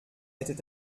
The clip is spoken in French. était